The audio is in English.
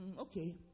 Okay